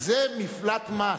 זה מפלט מס.